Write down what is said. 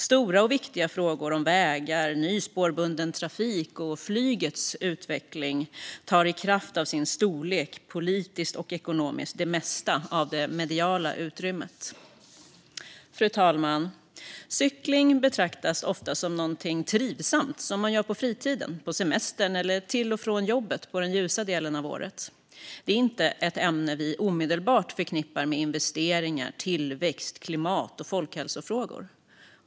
Stora och viktiga frågor om vägar, ny spårbunden trafik och flygets utveckling tar i kraft av sin politiska och ekonomiska storlek det mesta av det mediala utrymmet. Fru talman! Cykling betraktas ofta som något trivsamt man gör på fritiden, på semestern eller till och från jobbet under den ljusa delen av året. Det är inte ett ämne vi omedelbart förknippar med investeringar, tillväxt, klimat och folkhälsofrågor.